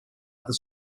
other